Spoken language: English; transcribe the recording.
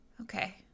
Okay